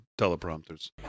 teleprompters